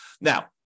Now